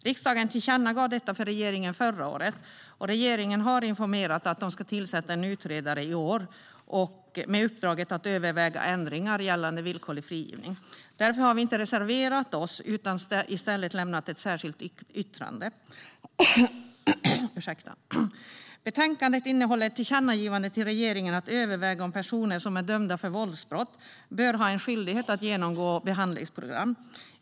Riksdagen tillkännagav detta till regeringen förra året, och regeringen har informerat om att den ska tillsätta en utredning i år med uppdraget att överväga ändringar gällande villkorlig frigivning. Därför har vi inte reserverat oss utan i stället lämnat ett särskilt yttrande. Betänkandet innehåller ett tillkännagivande till regeringen om att överväga om personer som är dömda för våldsbrott bör ha en skyldighet att genomgå behandlingsprogram.